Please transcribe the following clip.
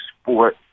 sport